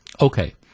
Okay